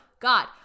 God